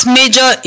major